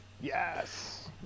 Yes